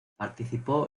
participó